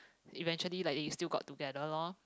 eventually like is they still got together lor